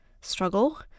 struggle